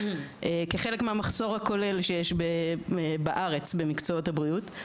כחלק מהמחסור הכולל שיש בארץ במקצועות הבריאות.